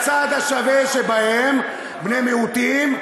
הצד השווה שבהם: בני-מיעוטים,